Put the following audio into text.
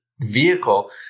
vehicle